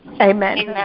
Amen